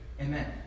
amen